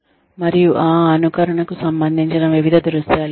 మరియు ఆ అనుకరణకు సంబంధించిన వివిధ దృశ్యాలు ఉన్నాయి